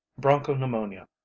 bronchopneumonia